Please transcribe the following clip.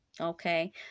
Okay